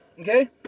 Okay